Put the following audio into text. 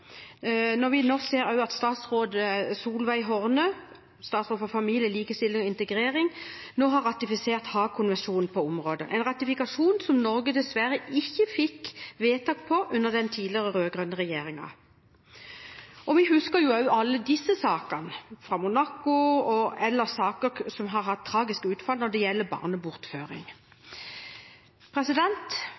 Vi ser også at statsråd Solveig Horne, barne-, likestillings- og inkluderingsminister, nå har ratifisert Haag-konvensjonen på området, en ratifikasjon som Norge dessverre ikke fikk vedtak på under den tidligere rød-grønne regjeringen. Vi husker også alle sakene fra Monaco og ellers, saker som har hatt tragiske utfall når det gjelder barnebortføring.